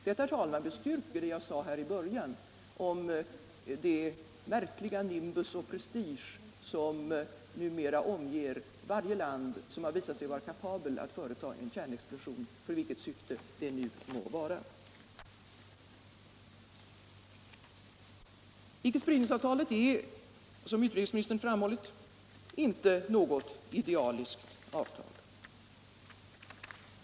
Detta, spridning av herr talman, bestyrker det jag sade i början om den märkliga nimbus kärnvapen vid of prestige som numera omger varje land som har visat sig vara kapabelt försäljning av att företa en kärnexplosion — för vilket syfte det nu må vara. kärnkraftsanlägg Icke-spridningsavtalet är, som utrikesministern framhållit, inte något ningar idealiskt avtal.